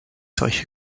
solche